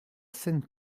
scène